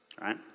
right